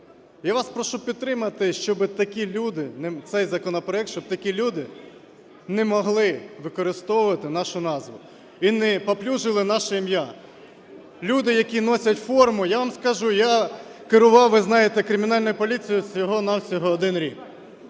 Я вас прошу підтримати цей законопроект, щоб такі люди не могли використовувати нашу назву і не паплюжили наше ім'я. Люди, які носять форму… Я вам скажу, я керував ви знаєте кримінальною поліцією всього-на-всього 1 рік.